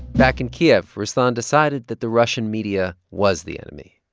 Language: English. back in kiev, ruslan decided that the russian media was the enemy.